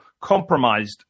compromised